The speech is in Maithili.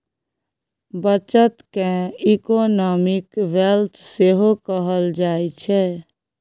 बचत केँ इकोनॉमिक वेल्थ सेहो कहल जाइ छै